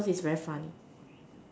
because it's very funny